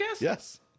Yes